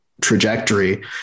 trajectory